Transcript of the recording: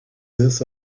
this